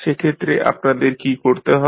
সেক্ষেত্রে আপনাদের কী করতে হবে